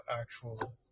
actual